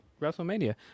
WrestleMania